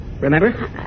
Remember